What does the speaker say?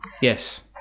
Yes